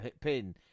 pin